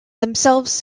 themselves